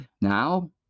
now